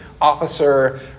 officer